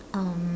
um